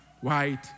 white